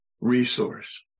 resource